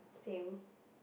same